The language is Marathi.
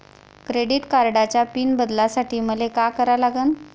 क्रेडिट कार्डाचा पिन बदलासाठी मले का करा लागन?